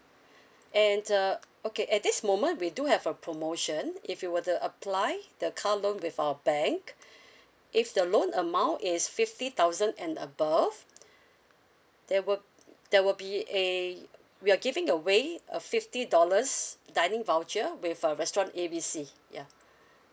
and uh okay at this moment we do have a promotion if you were to apply the car loan with our bank if the loan amount is fifty thousand and above there will there will be a we are giving the way a fifty dollars dining voucher with uh restaurant A B C ya